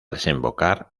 desembocar